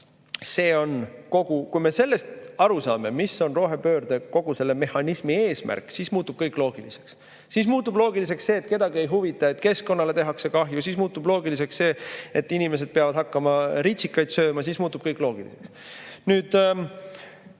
vabadused. Kui me aru saame, mis on rohepöörde, kogu selle mehhanismi eesmärk, siis muutub kõik loogiliseks. Siis muutub loogiliseks see, et kedagi ei huvita, kui keskkonnale tehakse kahju. Siis muutub loogiliseks see, et inimesed peavad hakkama ritsikaid sööma. Siis muutub kõik loogiliseks. Meie